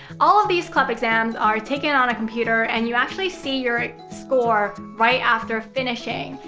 all of these clep exams are taken on a computer and you actually see your score right after finishing.